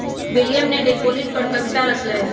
William ने daffodil पर कविता रच लय है